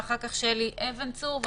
ואחר כך שלי אבן צור,